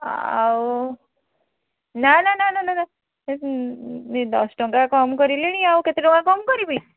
ଆଉ ନା ନା ନା ଦଶଟଙ୍କା କମ୍ କରିଲିଣି ଆଉ କେତେ ଟଙ୍କା କମ୍ କରିବି